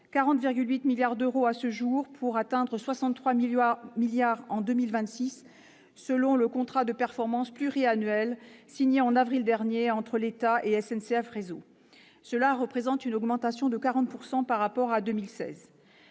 40,8 milliards d'euros à ce jour, pour atteindre 63 milliards en 2026, selon le contrat de performance pluriannuel signé en avril dernier entre l'État et SNCF Réseau- soit une augmentation de 40 % par rapport à 2016.